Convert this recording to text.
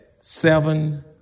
seven